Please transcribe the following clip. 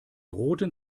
roten